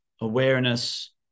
awareness